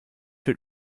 wird